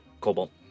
Cobalt